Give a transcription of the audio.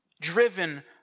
driven